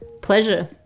Pleasure